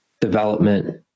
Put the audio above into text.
development